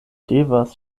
devas